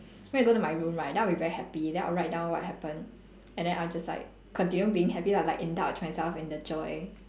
then I go to my room right then I'll be very happy then I'll write down what happen and then I'll just like continue being happy lah like indulge myself in the joy